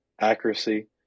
accuracy